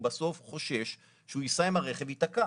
הוא בסוף חושש שהוא ייסע עם הרכב וייתקע,